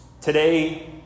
today